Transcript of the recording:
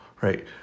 right